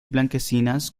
blanquecinas